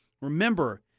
remember